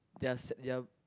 their sa~ their